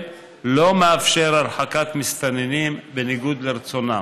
לא מאפשר הרחקת מסתננים בניגוד לרצונם.